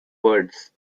words